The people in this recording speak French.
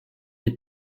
elle